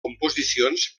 composicions